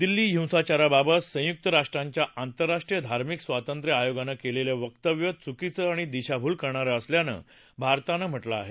दिल्ली हिंसाचाराबाबत संयुक्त राष्ट्रांच्या आंतरराष्ट्रीय धार्मिक स्वातंत्र्य आयोगानं केलेलं वक्तव्य चुकीचं आणि दिशाभूल करणारं असल्याचं भारतानं म्हटलं आहे